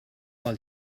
pel